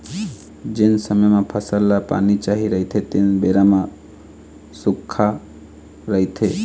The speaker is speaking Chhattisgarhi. जेन समे म फसल ल पानी चाही रहिथे तेन बेरा म सुक्खा रहिथे